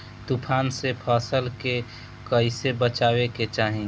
तुफान से फसल के कइसे बचावे के चाहीं?